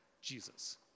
Jesus